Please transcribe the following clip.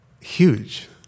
huge